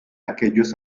aquellos